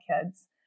kids